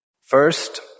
First